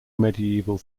medieval